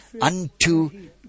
unto